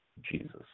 Jesus